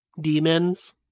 demons